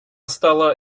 стала